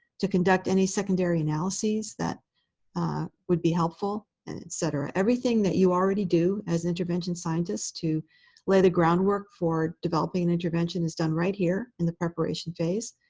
to conduct any secondary analysis that would be helpful, and et cetera. everything that you already do as an intervention scientist to lay the groundwork for developing an intervention is done right here in the preparation phase.